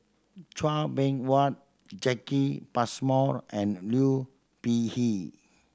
Chua Beng Huat Jacki Passmore and Liu Peihe